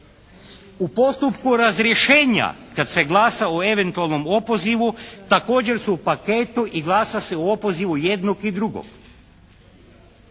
U postupku razrješenja kad se glasa o eventualnom opozivu također su u paketu i glasa se u opozivu jednog i drugog.